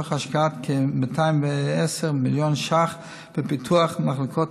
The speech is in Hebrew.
תוך השקעת כ-210 מיליון ש"ח בפיתוח מחלקות